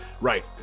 Right